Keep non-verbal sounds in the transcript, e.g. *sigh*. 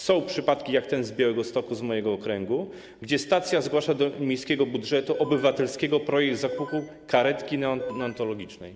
Są przypadki, jak ten z Białegostoku, z mojego okręgu, gdzie stacja zgłasza do miejskiego budżetu obywatelskiego *noise* projekt zakupu karetki neonatologicznej.